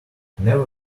never